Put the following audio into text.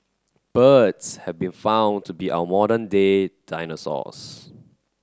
birds have been found to be our modern day dinosaurs